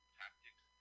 tactics